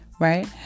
right